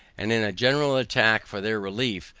and in a general attack for their relief,